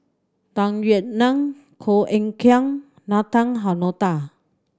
Tung Yue Nang Goh Eck Kheng Nathan Hartono